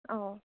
অঁ